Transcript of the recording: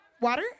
Water